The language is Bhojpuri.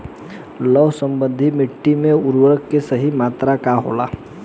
लौह समृद्ध मिट्टी में उर्वरक के सही मात्रा का होला?